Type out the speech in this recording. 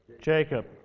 Jacob